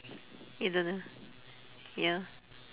you don't know ya